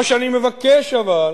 מה שאני מבקש, אבל,